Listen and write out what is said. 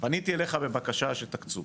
פניתי אליך בבקשה שתקצו.